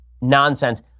nonsense